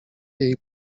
jej